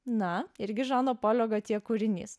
na irgi žano polio gotje kūrinys